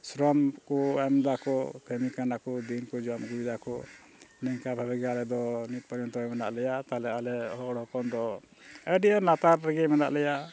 ᱥᱨᱚᱢ ᱠᱚ ᱮᱢᱫᱟ ᱠᱚ ᱠᱟᱹᱢᱤ ᱠᱟᱱᱟ ᱠᱚ ᱫᱤᱱ ᱠᱚ ᱡᱚᱢ ᱟᱹᱜᱩᱭᱮᱫᱟ ᱠᱚ ᱱᱤᱝᱠᱟᱹ ᱵᱷᱟᱜᱮ ᱜᱮ ᱟᱞᱮ ᱫᱚ ᱱᱤᱛ ᱯᱚᱨᱡᱚᱱᱛᱚ ᱢᱮᱱᱟᱜ ᱞᱮᱭᱟ ᱛᱟᱦᱚᱞᱮ ᱟᱞᱮ ᱦᱚᱲ ᱦᱚᱯᱚᱱ ᱫᱚ ᱟᱹᱰᱤ ᱞᱟᱛᱟᱨ ᱨᱮᱜᱮ ᱢᱮᱱᱟᱜ ᱞᱮᱭᱟ